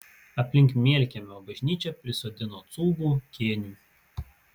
aplink mielkiemio bažnyčią prisodino cūgų kėnių